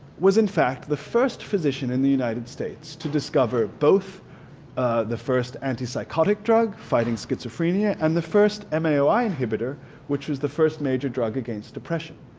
was in fact the first physician in the united states to discover both ah the first anti-psychotic drug fighting schizophrenia and the first maoi ah inhibitor which was the first major drug against depression.